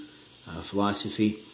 philosophy